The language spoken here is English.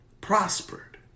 prospered